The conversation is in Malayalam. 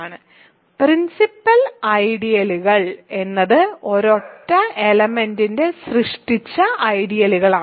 "പ്രിൻസിപ്പൽ ഐഡിയലുകൾ " എന്നത് ഒരൊറ്റ എലമെന്റ് സൃഷ്ടിച്ച ഐഡിയലുകളാണ്